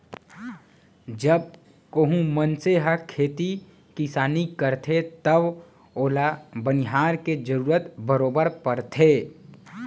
जब कोहूं मनसे ह खेती किसानी करथे तव ओला बनिहार के जरूरत बरोबर परथे